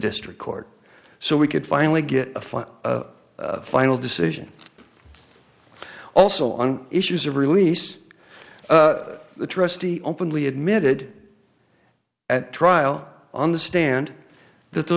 district court so we could finally get a fun final decision also on issues of release the trustee openly admitted at trial on the stand th